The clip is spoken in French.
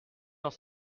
dans